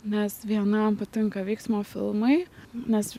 nes vienam patinka veiksmo filmai nes